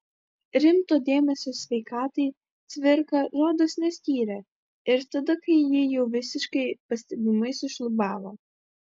rimto dėmesio sveikatai cvirka rodos neskyrė ir tada kai ji jau visiškai pastebimai sušlubavo